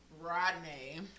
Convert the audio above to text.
Rodney